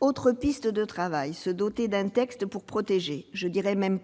Autre piste de travail : se doter d'un texte pour protéger, sauver dirais-je même,